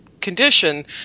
condition